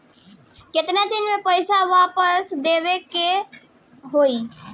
केतना दिन में पैसा वापस देवे के होखी?